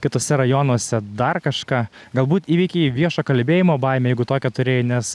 kituose rajonuose dar kažką galbūt įveikei viešo kalbėjimo baimę jeigu tokią turėjai nes